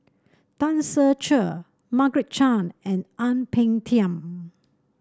Tan Ser Cher Margaret Chan and Ang Peng Tiam